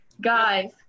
Guys